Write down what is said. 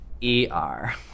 E-R